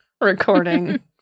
recording